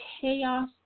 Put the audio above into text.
chaos